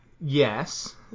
yes